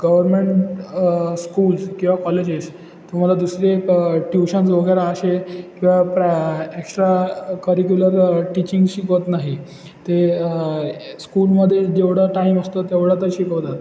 government schools किंवा colleges तुम्हाला दुसरे ट्यूशन्स वगैरे असे किंवा प्रा एक्स्ट्राकरिक्युलर टीचिंग शिकवत नाही ते स्कूलमध्ये जेवढा टाईम असतो तेवढा तर शिकवतात